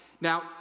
Now